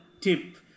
tip